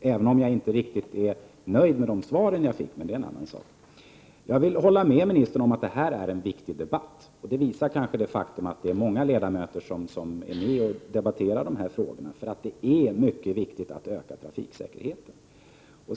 även om jag inte riktigt är nöjd med de svar jag fick, men det är en annan sak. Jag håller med kommunikationsministern om att det här är en viktig debatt. Det framgår kanske av det faktum att det är många ledamöter som är med och debatterar de här frågorna. Det är mycket viktigt att öka trafiksäkerheten.